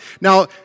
Now